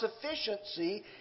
sufficiency